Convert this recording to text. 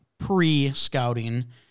pre-scouting